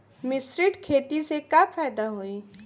मिश्रित खेती से का फायदा होई?